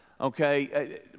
okay